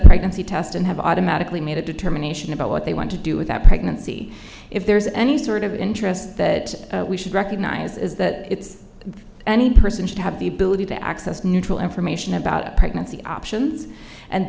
pregnancy test and have automatically made a determination about what they want to do with that pregnancy if there is any sort of interest that we should recognize is that it's any person should have the ability to access neutral information about a pregnancy options and